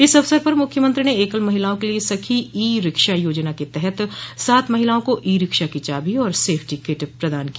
इस अवसर पर मुख्यमंत्री ने एकल महिलाओं के लिये सखी ई रिक्शा योजना के तहत सात महिलाओं को ई रिक्शा की चाबी और सेफ्टी किट प्रदान की